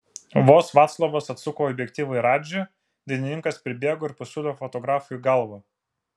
vos vaclovas atsuko objektyvą į radžį dainininkas pribėgo ir pasiūlė fotografui į galvą